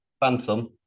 Phantom